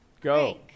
Go